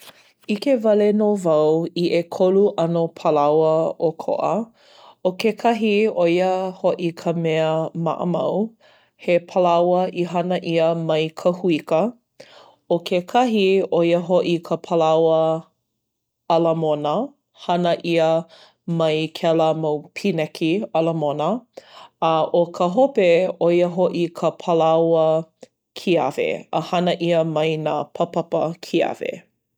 ʻIke wale nō wau i ʻekolu ʻano palaoa ʻokoʻa. ʻO kekahi, ʻo ia hoʻi ka mea maʻa mau, he palaoa i hana ʻia mai ka huika. ʻO kekahi, ʻo ia hoʻi ka palaoa ʻalamona. Hana ʻia mai kēlā mau pineki ʻalamona. A ʻo ka hope, ʻo ia hoʻi ka palaoa kiawe, a hana ʻia mai nā papapa kiawe.